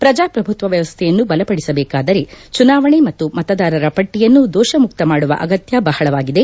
ಪ್ರಜಾಪ್ರಭುತ್ವ ವ್ಯವಸ್ಥೆಯನ್ನು ಬಲಪಡಿಸಬೇಕಾದರೆ ಚುನಾವಣೆ ಮತ್ತು ಮತದಾರರ ಪಟ್ಟಿಯನ್ನು ದೋಷಮುಕ್ತ ಮಾಡುವ ಅಗತ್ತ ಬಹಳವಾಗಿದೆ